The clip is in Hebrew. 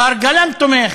השר גלנט תומך.